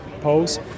polls